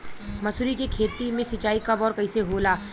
मसुरी के खेती में सिंचाई कब और कैसे होला?